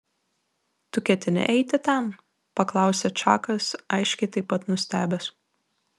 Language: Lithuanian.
tu ketini eiti ten paklausė čakas aiškiai taip pat nustebęs